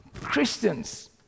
Christians